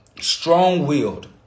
strong-willed